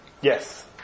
Yes